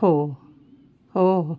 हो हो हो